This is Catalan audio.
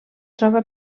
troba